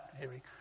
Hearing